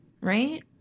right